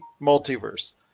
Multiverse